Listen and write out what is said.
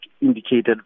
indicated